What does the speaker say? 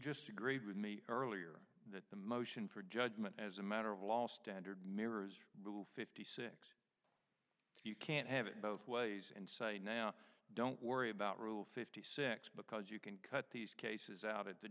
just agreed with me earlier that the motion for judgment as a matter of law standard mirrors rule fifty six you can't have it both ways and say now don't worry about rule fifty six because you can cut these cases